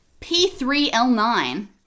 P3L9